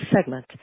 segment